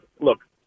Look